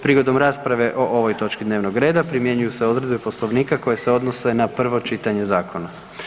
Prigodom rasprave i o ovoj točki dnevnog reda primjenjuju se odredbe Poslovnika koje se na prvo čitanje zakona.